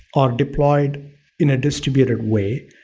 are deployed in a distributed way